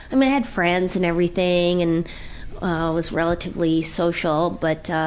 and i had friends and everything and was relatively social but ah,